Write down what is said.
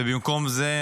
ובמקום על זה,